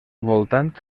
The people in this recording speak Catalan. voltant